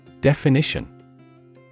Definition